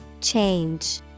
Change